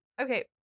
Okay